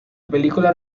película